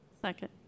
Second